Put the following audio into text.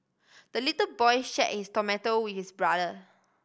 the little boy shared his tomato with his brother